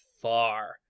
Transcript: far